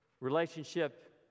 relationship